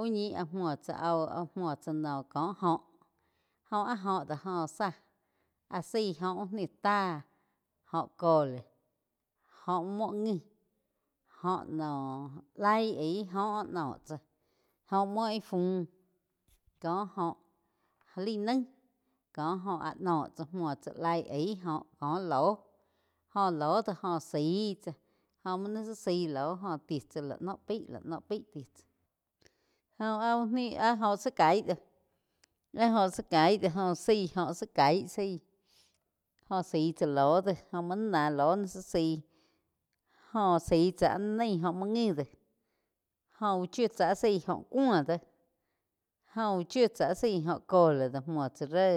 Úh ñi áh muo tsá ao áh múo tsá noh ko óho, óh áh óh do joh zá áh zaí óh úh ni tá óh cole, óh muo ngui óh noh laig aí oh nóh tsá óh muo íh fu có óh laig naig cóh óh áh noh tsá muo tsá laig aíh óh kó loh. Joh loh do go zaí chá jó muo naí zá zai loh joh ti cha laig noh pai, laig noh pai óh áh uh ni áh óh zá cai do áh óh zá caí do óh zaí óh zá caí zaí jóh zaí chá loh de jo muo nai ná lo ni zá zaí jó zaí tsá áh naí oh múo ngi de jóh úh chiu tsá áh zaí óh cúo do joh úh chiu tzá áh zaí óh cole múo tsá ré